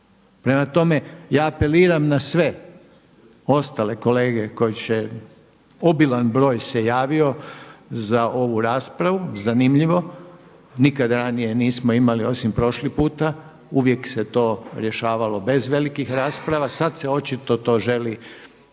Prema tome, ja apeliram na sve ostale kolege koji će obilan broj se javio za ovu raspravu, zanimljivo. Nikad ranije nismo imali osim prošli puta, uvijek se to rješavalo bez velikih rasprava. Sad se očito to želi iz